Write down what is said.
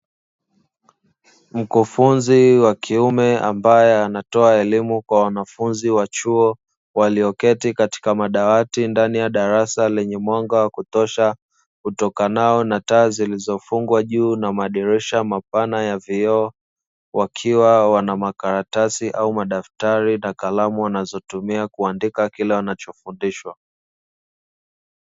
Mkufunzi wa kiume ambaye anatoa elimu kwa wanafunzi wa chuo, walioketi katika madawati ndani ya darasa lenye mwanga wa kutosha, utokanao na taa zilizofungwa juu na madirisha mapana ya vioo, wakiwa wana makaratasi au madaftari na kalamu wanazotumia kuandika Kila wanachofundishwa.